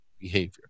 behavior